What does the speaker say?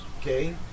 Okay